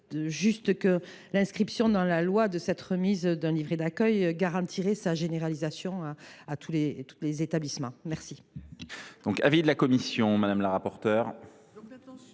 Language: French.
que l’inscription dans la loi de la remise de ce livret d’accueil garantirait sa généralisation dans tous les établissements. Quel